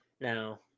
Now